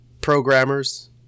programmers